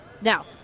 Now